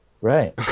Right